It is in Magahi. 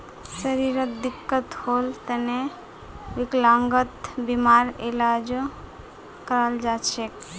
शरीरत दिक्कत होल तने विकलांगता बीमार इलाजो कराल जा छेक